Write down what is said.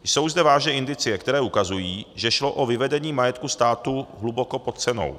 Jsou zde vážné indicie, které ukazují, že šlo o vyvedení majetku státu hluboko pod cenou.